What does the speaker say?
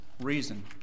reason